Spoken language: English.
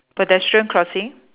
pedestrian crossing